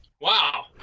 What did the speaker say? Wow